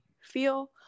feel